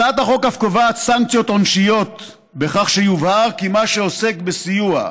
הצעת החוק אף קובעת סנקציות עונשיות בכך שיובהר כי מה שעוסק בסיוע,